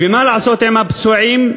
ומה לעשות עם הפצועים,